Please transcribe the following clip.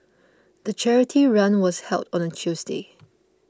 the charity run was held on a Tuesday